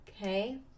okay